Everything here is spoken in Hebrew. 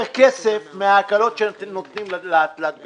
כסף מההקלות שאתם נותנים לתלת גלגלי.